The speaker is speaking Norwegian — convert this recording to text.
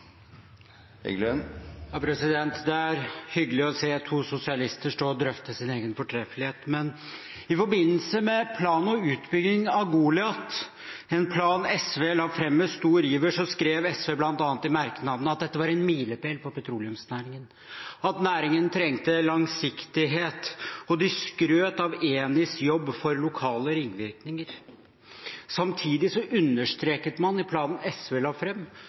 hyggelig å se to sosialister stå og drøfte sin egen fortreffelighet. Men i forbindelse med plan for utbygging av Goliat – en plan SV la fram med stor iver – skrev SV bl.a. i merknadene at dette var en milepæl for petroleumsnæringen, at næringen trengte langsiktighet. De skrøt av Enis jobb for lokale ringvirkninger. Samtidig understreket man i planen SV la